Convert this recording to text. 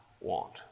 want